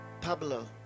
Pablo